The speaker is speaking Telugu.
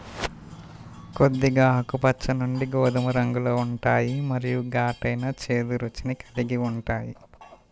కొద్దిగా ఆకుపచ్చ నుండి గోధుమ రంగులో ఉంటాయి మరియు ఘాటైన, చేదు రుచిని కలిగి ఉంటాయి